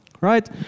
right